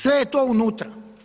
Sve je to unutra.